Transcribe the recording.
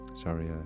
sorry